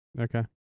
Okay